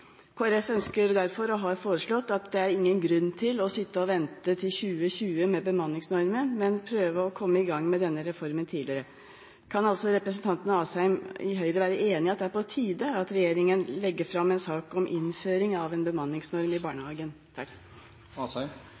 regjeringen ønsker å se på spørsmålet om en ny finansieringsordning for private barnehager og å se dette i sammenheng. Den skal innføres allerede 1. januar 2016. Kristelig Folkeparti mener derfor, og har foreslått, at det er ingen grunn til å sitte og vente til 2020 med bemanningsnormen, men at man må prøve å komme i gang med denne reformen tidligere. Kan representanten Asheim i Høyre være enig i at